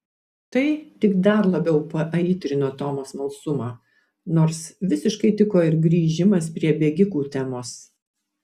tai tik dar labiau paaitrino tomo smalsumą nors visiškai tiko ir grįžimas prie bėgikų temos